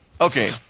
Okay